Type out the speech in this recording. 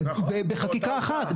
בחקיקה אחת,